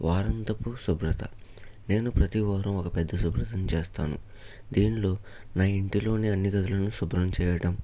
వారాంతపు శుభ్రత నేను ప్రతీవారం ఒక పెద్ద శుభ్రతను చేస్తాను దీనిలో నా ఇంటిలోని అన్ని గదులను శుభ్రం చేయటం